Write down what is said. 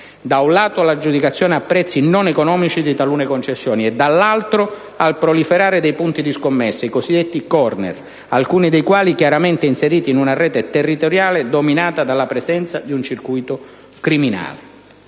da un lato l'aggiudicazione a prezzi non economici di talune concessioni e, dall'altro, al proliferare dei punti di scommessa, i cosiddetti *corner*, alcuni dei quali chiaramente inseriti in una rete territoriale dominata dalla presenza di un circuito criminale